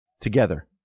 together